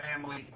family